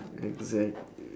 exactl~